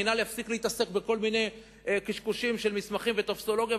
המינהל יפסיק להתעסק בכל מיני קשקושים של מסמכים וטופסולוגיה,